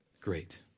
Great